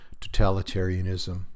totalitarianism